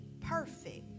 perfect